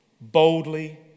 boldly